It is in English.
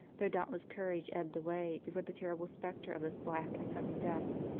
their dauntless courage ebbed away before the terrible spectre of this black and sudden death,